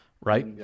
right